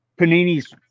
Panini's